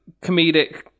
comedic